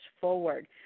forward